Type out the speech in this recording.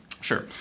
sure